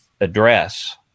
address